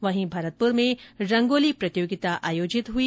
वहीं भरतपुर में रंगोली प्रतियोगिता हुई